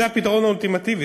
הפתרון האולטימטיבי,